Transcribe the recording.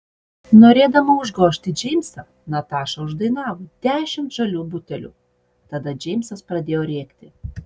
norėdama užgožti džeimsą nataša uždainavo dešimt žalių butelių tada džeimsas pradėjo rėkti